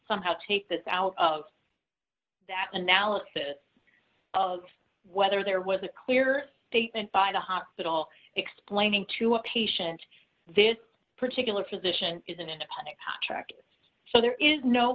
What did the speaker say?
somehow take this out of that analysis of whether there was a clear statement by the hospital explaining to a patient this particular position is an independent contractor so there is no